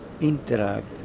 interact